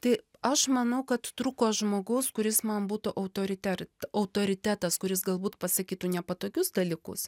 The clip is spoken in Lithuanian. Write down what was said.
tai aš manau kad trūko žmogaus kuris man būtų autoriteri autoritetas kuris galbūt pasakytų nepatogius dalykus